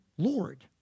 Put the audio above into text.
Lord